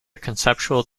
conceptual